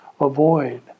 avoid